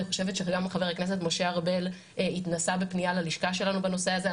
אני חושבת שגם חבר הכנסת משה ארבל התנסה בפנייה ללשכה שלנו בנושא הזה.